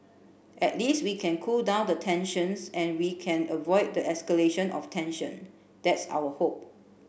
at least we can cool down the tensions and we can avoid the escalation of tension that's our hope